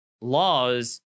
laws